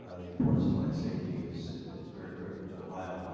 ah the importance of mine safety is is very critical to ohio.